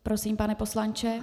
Prosím, pane poslanče.